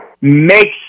makes